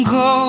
go